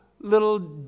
Little